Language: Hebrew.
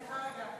זה לא הזמן שלך.